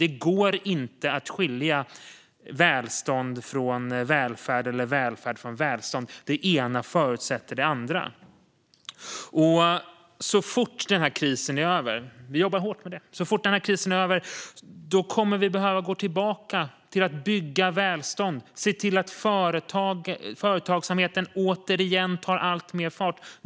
Det går inte att skilja välstånd från välfärd eller välfärd från välstånd. Det ena förutsätter det andra. Så fort den här krisen är över - vi jobbar hårt med det - kommer vi att behöva gå tillbaka till att bygga välstånd och se till att företagsamheten återigen tar alltmer fart.